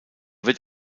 wird